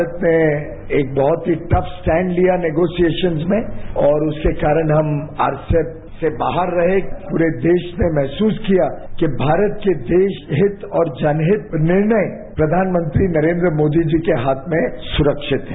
भारत ने एक बहुत ही टफ स्टैपड लिया निगोसिएशन्स में और उसके कारण हम आरसेप से बाहर रहे पूरे देश ने महसूस किया कि भारत के देशहित और जनहित निर्णय प्रधानमंत्री नरेंद्र मोदी जी के हाथ में सुरक्षित है